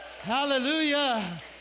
Hallelujah